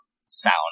sound